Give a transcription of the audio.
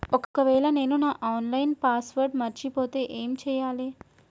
ఒకవేళ నేను నా ఆన్ లైన్ పాస్వర్డ్ మర్చిపోతే ఏం చేయాలే?